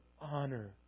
honor